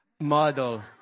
model